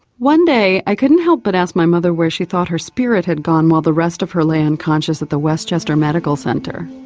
one day i couldn't help but ask my mother where she thought her spirit had gone while the rest of her lay unconscious at the westchester medical centre.